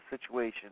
situation